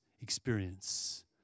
experience